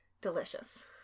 Delicious